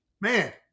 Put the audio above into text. Man